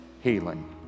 healing